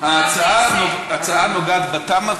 ההצעה נוגעת בתמ"א.